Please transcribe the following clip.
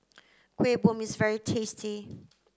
Kueh Bom is very tasty